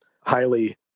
highly